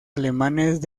alemanes